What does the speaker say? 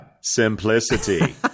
simplicity